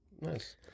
nice